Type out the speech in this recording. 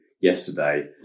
yesterday